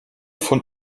von